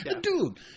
Dude